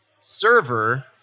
server